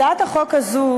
הצעת החוק הזאת